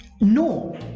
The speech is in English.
No